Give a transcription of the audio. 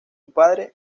padre